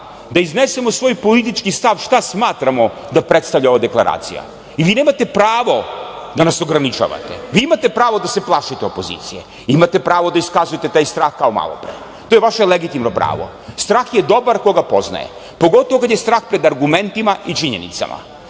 da iznesemo svoj politički stav šta smatramo da prestavlja ova deklaracija i vi nemate pravo da nas ograničavate. Vi imate pravo da se plašite opozicije. Imate pravo da iskazujete taj strah kao malopre. To je vaše legitimno pravo. Strah je dobar ko ga poznaje, pogotovo kada je strah pred argumentima i činjenicama.